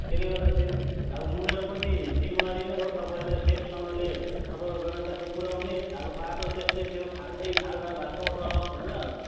त्यसले गर्दाखेरि अब मेरो पनि जिम्मेवारी नै तपाईँलाई सेफसँगले तपाईँको गन्तव्य पुऱ्याउने अब बाटो त्यस्तै थियो खाल्डैखाल्डा भएको रफ होइन